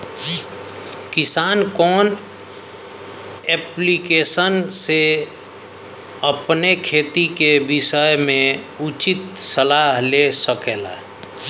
किसान कवन ऐप्लिकेशन से अपने खेती के विषय मे उचित सलाह ले सकेला?